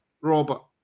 Robert